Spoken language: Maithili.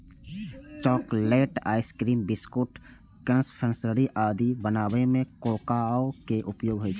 चॉकलेट, आइसक्रीम, बिस्कुट, कन्फेक्शनरी आदि बनाबै मे कोकोआ के उपयोग होइ छै